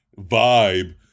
vibe